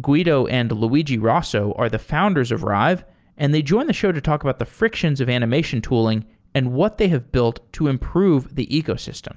guido and luigi rosso are the founders of rive and they join the show to talk about the frictions of animation tooling and what they have built to improve the ecosystem.